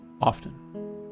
often